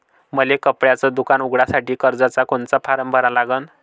मले कपड्याच दुकान उघडासाठी कर्जाचा कोनचा फारम भरा लागन?